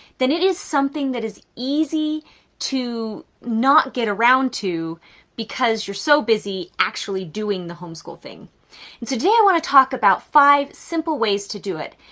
then it is something that is easy to not get around to because you're so busy actually doing the homeschool thing. and so today i want to talk about five simple ways to do it.